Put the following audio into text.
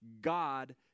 God